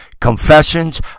Confessions